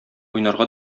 уйнарга